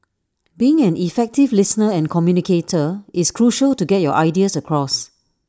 being an effective listener and communicator is crucial to get your ideas across